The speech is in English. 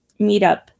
meetup